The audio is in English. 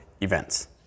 events